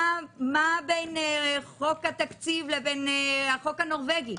מה בין חוק התקציב לבין החוק הנורבגי?